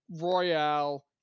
Royale